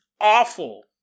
awful